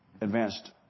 advanced